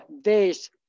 days